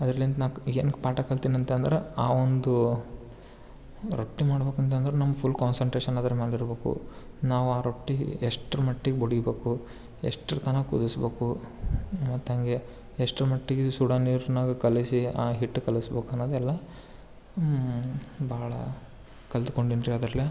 ಅದರಿಂದ ನಾಲ್ಕು ಏನು ಪಾಠ ಕಲ್ತಿನೀ ಅಂತಂದ್ರೆ ಆ ಒಂದು ರೊಟ್ಟಿ ಮಾಡ್ಬೇಕು ಅಂತಂದ್ರೆ ನಮ್ಮ ಫುಲ್ ಕಾನ್ಸಂಟ್ರೇಶನ್ ಅದ್ರಮೇಲೆ ಇರ್ಬೇಕು ನಾವು ಆ ರೊಟ್ಟಿ ಎಷ್ಟರ ಮಟ್ಟಿಗೆ ಬಡಿಬೇಕು ಎಷ್ಟರ ತನಕ ಕುದಿಸ್ಬೇಕು ಮತ್ತು ಹೆಂಗೆ ಎಷ್ಟರ ಮಟ್ಟಿಗೆ ಸುಡೋ ನೀರಿನಾಗ ಕಲಸಿ ಆ ಹಿಟ್ಟು ಕಲಸ್ಬೇಕ್ ಅನ್ನೋದೆಲ್ಲ ಭಾಳ ಕಲ್ತು ಕೊಂಡಿನ್ರಿ ಅದ್ರಲ್ಲಿ